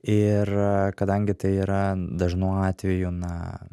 ir kadangi tai yra dažnu atveju na